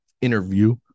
interview